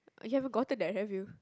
you haven't gotten that have you